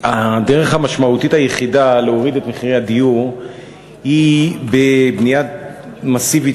הדרך המשמעותית היחידה היא בבנייה מסיבית